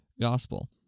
gospel